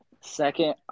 Second